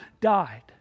died